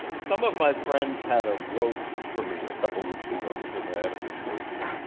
some of my friends had a roast for me a couple weeks ago because i had a big birthday.